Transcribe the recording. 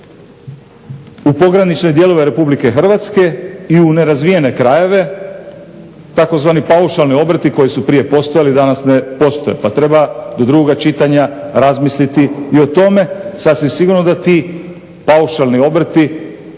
u pogranične dijelove Republike Hrvatske i u nerazvijene krajeve tzv. paušalni obrti koji su prije postojali, danas ne postoje, pa treba do drugoga čitanja razmisliti i o tome. Sasvim sigurno da ti paušalni obrti,